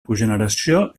cogeneració